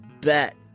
bet